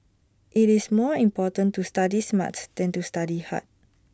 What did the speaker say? IT is more important to study smart than to study hard